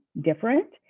different